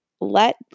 let